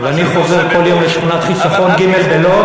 ואני חוזר כל יום לשכונת חיסכון ג' בלוד.